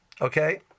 okay